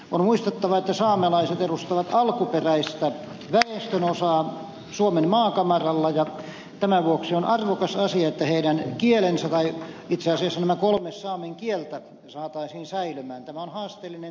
on muistettava että saamelaiset edustavat alkuperäistä väestönosaa suomen maankamaralla ja tämän vuoksi on arvokas asia että heidän kielensä tai itse asiassa nämä kolme saamen kieltä saataisiin säilymään